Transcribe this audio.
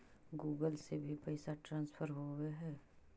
Google से भी पैसा ट्रांसफर होवहै?